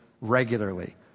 regularly